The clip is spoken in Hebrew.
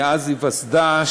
מאז היווסדה,